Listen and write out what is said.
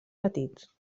petits